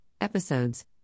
Episodes